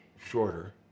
shorter